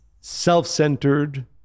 self-centered